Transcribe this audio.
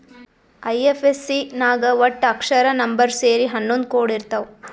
IFSC ನಾಗ್ ವಟ್ಟ ಅಕ್ಷರ, ನಂಬರ್ ಸೇರಿ ಹನ್ನೊಂದ್ ಕೋಡ್ ಇರ್ತಾವ್